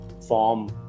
form